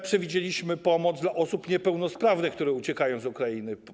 Przewidzieliśmy także pomoc dla osób niepełnosprawnych, które uciekają z Ukrainy.